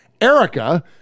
Erica